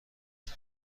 هست